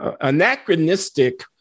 anachronistic